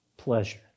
pleasure